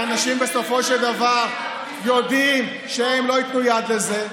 כי אנשים בסופו של דבר יודעים שהם לא ייתנו יד לזה,